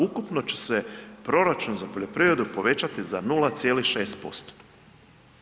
Ukupno će se proračun za poljoprivredu povećati za 0,6%